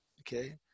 Okay